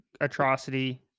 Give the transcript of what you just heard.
atrocity